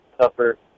tougher